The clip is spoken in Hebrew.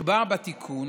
נקבע בתיקון